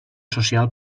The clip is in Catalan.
social